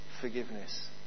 forgiveness